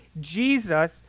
Jesus